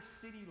city